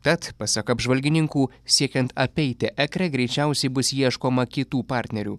bet pasak apžvalgininkų siekiant apeiti ekre greičiausiai bus ieškoma kitų partnerių